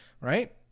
right